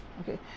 okay